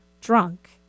drunk